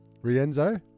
Rienzo